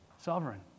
sovereign